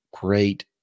great